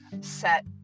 set